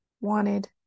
wanted